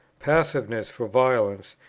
passiveness for violence,